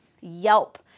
Yelp